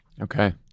Okay